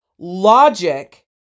Logic